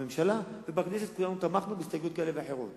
בממשלה ובכנסת כולנו תמכנו בהסתייגויות כאלה ואחרות.